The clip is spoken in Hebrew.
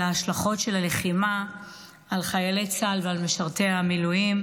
עם השלכות הלחימה על חיילי צה"ל ועל משרתי המילואים.